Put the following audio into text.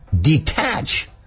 detach